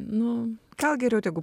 nu gal geriau tegu pl